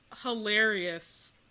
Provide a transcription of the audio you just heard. hilarious